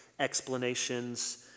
explanations